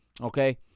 okay